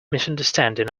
misunderstanding